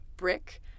brick